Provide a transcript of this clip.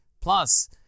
Plus